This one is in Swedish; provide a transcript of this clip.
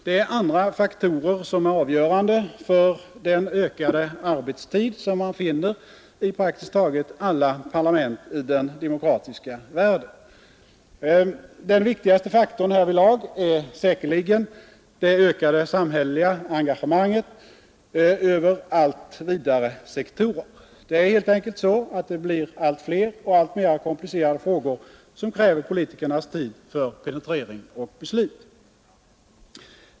Det är andra faktorer som är avgörande för den ökade arbetstid, som man finner i praktiskt taget alla parlament i den demokratiska världen. Den viktigaste faktorn härvidlag är säkerligen det ökade samhälleliga engagemanget över allt vidare sektorer. Det är helt enkelt så, att det blir allt fler och alltmer komplicerade frågor som kräver politikernas tid för penetrering och beslut.